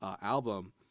album